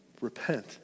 Repent